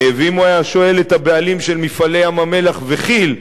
ואם הוא היה שואל את הבעלים של "מפעלי ים-המלח" וכי"ל,